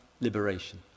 liberation